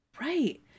Right